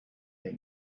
they